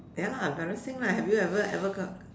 ya lah embarrassing lah have you ever ever got